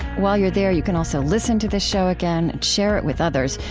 while you're there, you can also listen to this show again, share it with others,